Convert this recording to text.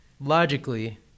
logically